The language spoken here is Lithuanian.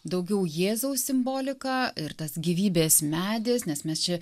daugiau jėzaus simbolika ir tas gyvybės medis nes mes čia